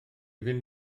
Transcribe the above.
fynd